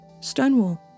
Stonewall